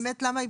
באמת למה,